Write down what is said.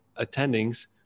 attendings